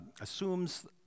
assumes